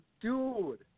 Dude